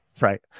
Right